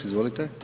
Izvolite.